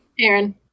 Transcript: Aaron